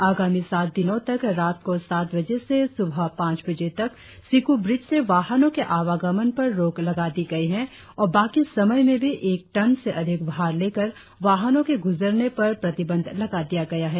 आगामी सात दिनों तक रात को सात बजे से सुबह पांच बजे तक सिकु ब्रिज से वाहनों के आवागमन पर रोक लगा दी गई है और बाकी समय में भी एक टन से अधिक भार लेकर वाहनों के गुजरने पर प्रतिबंध लगा दिया गया है